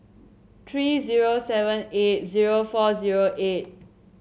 three zero seven eight zero four zero eight